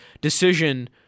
decision